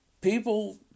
people